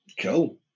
Cool